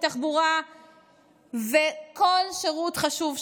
תחבורה וכל שירות חשוב שהוא.